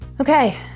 Okay